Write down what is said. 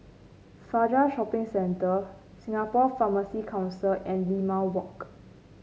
Fajar Shopping Center Singapore Pharmacy Council and Limau Walk